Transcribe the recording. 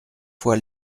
foy